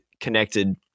connected